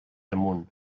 amunt